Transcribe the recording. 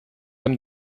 hem